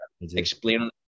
explain